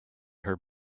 her